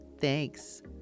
Thanks